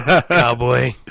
cowboy